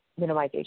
minimization